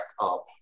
up